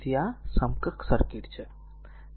તેથી આ સમકક્ષ સર્કિટ છે